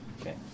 Okay